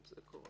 גם זה קורה.